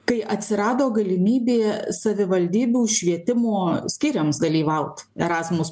kai atsirado galimybė savivaldybių švietimo skyriams dalyvaut erasmus